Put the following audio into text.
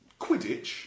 Quidditch